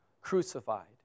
crucified